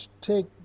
take